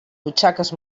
butxaques